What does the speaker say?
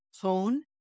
tone